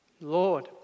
Lord